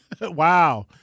Wow